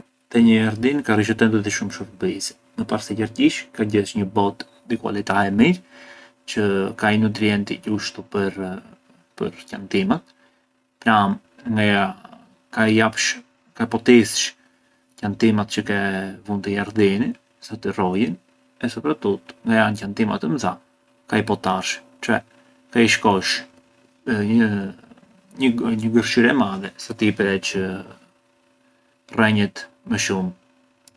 Te një jardin ka rrish atentu te shumë shurbise: më para se gjithqish ka gjesh një botë di qualità e mirë çë ka i nutrienti gjushtu pë’ -për qantimat, pra’ nga- ka i japsh- ka potisësh qantimat çë ke vunë te jardini sa të rrojën, e soprattuttu, na janë qantima të mdha ka i potarsh, cioè ka i shkosh një gërshërë e madhe sa të i presh rrenjët më shumë.